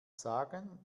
sagen